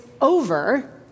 over